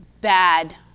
bad